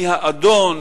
מי האדון,